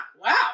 Wow